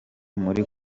muri